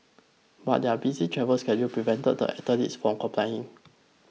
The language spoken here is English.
but their busy travel schedule prevented the athletes from complying